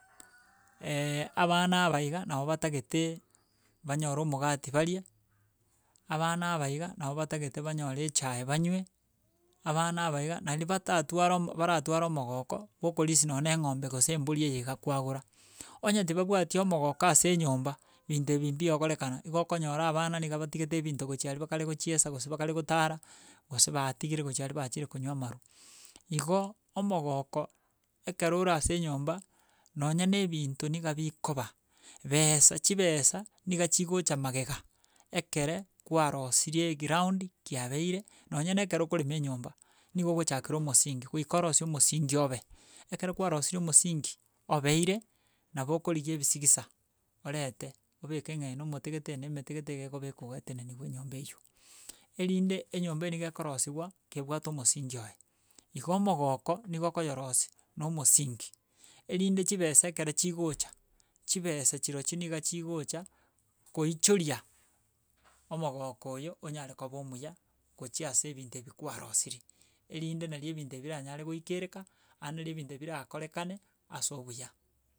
abana aba iga no batagete banyore omogati barie, abana aba iga no batagete banyore echae banywe, abana aba iga naende batatware baratware omogoko bokorisia none eng'ombe gose embori eye iga kwagora. Onye tibabwati omogoko ase enyomba, binto ebi mbigokorekana, igo okonyora abana niga batigete ebinto gochia aria bakare gochiesa gose bakare gotara, gose batigire gochia aria bachire konywa amaru. Igo, omogoko ekero ore ase enyomba, nonye na ebinto niga bikoba, besa chibesa niga chigocha magega, ekero kwarosirie egraound, kiabeire nonye na ekero okorema enyomba, nigo ogochakera omosingi, goika orosie omosingi obe. Ekero kwarosirie omosingi obeire nabo okorigia ebisigisa orente obeke ng'a oyo na omote gete eye na emete gete iga ekobekwa iga eteneniwa enyomba eywo, erinde enyomba niga gekorosiwa, kebwate omosingi oye. Igo omogoko, nigo okonyerosia na omosingi, erinde chibesa ekere chigocha chibesa chirochio niga chigocha koichoria omogoko oyo onyare koba omuya gochia ase ebinto ebi kwarosirie, erinde nari ebinto biranyare goikereka ande ebinto ebio birakorekane ase obuya.